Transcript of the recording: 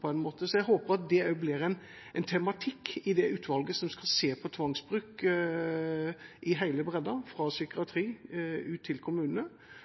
på en måte. Jeg håper at det også blir en tematikk for det utvalget som skal se på tvangsbruk i hele bredden, fra psykiatri ut til kommunene,